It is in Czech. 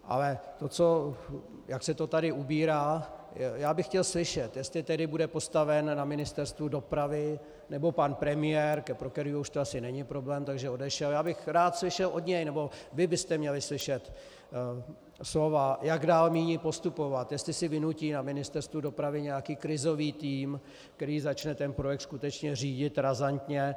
Ale to, jak se to tady ubírá, já bych chtěl slyšet, jestli tedy bude postaven na Ministerstvu dopravy nebo pan premiér, pro kterého už to asi není problém, takže odešel, já bych rád slyšel od něj, nebo vy byste měli slyšet slova, jak dál míní postupovat, jestli si vynutí na Ministerstvu dopravy nějaký krizový tým, který začne ten projekt skutečně řídit razantně.